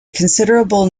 considerable